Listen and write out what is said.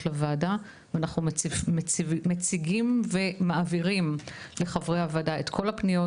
לוועדה ואנחנו מציגים ומעבירים לחברי הוועדה את כל הפניות,